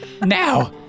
Now